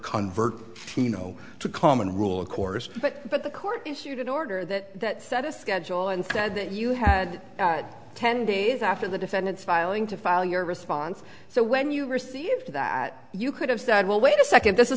convert pheno to common rule of course but but the court issued an order that that set a schedule and said that you had ten days after the defendant's filing to file your response so when you received that you could have said well wait a second this is